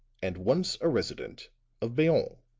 and once a resident of bayonne,